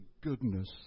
goodness